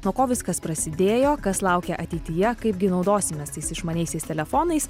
nuo ko viskas prasidėjo kas laukia ateityje kaipgi naudosimės tais išmaniaisiais telefonais